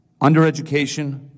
Undereducation